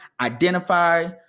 identify